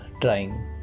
trying